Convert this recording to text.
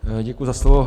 Děkuji za slovo.